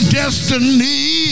destiny